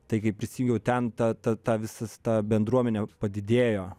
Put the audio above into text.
taigi prisijungiau ten tą ta ta vista bendruomenė padidėjo